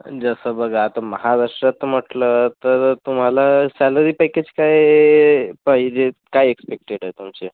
जसं बघ आता महाराष्ट्रात म्हटलं तर तुम्हाला सॅलरी पॅकेज काही पाहिजेत काय एक्सपेक्टेड आहे तुमची